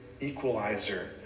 equalizer